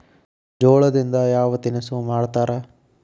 ಜೋಳದಿಂದ ಯಾವ ತಿನಸು ಮಾಡತಾರ?